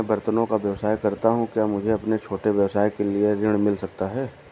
मैं बर्तनों का व्यवसाय करता हूँ क्या मुझे अपने छोटे व्यवसाय के लिए ऋण मिल सकता है?